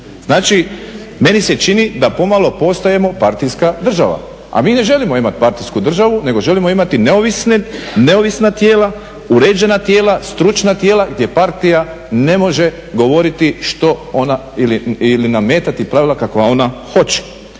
Znači meni se čini da pomalo postajemo partijska država a mi ne želimo imati partijsku državu nego želimo imati neovisna tijela, uređena tijela, stručna tijela gdje partija ne može što ona ili nametati kakva ona hoće.